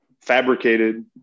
fabricated